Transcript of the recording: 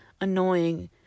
annoying